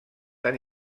tan